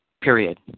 Period